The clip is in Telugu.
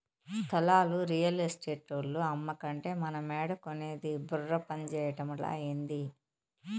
స్థలాలు రియల్ ఎస్టేటోల్లు అమ్మకంటే మనమేడ కొనేది బుర్ర పంజేయటమలా, ఏంది